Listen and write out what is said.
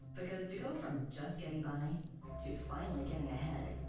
because to go from just getting by to finally getting ahead,